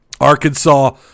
Arkansas